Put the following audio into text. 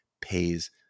pays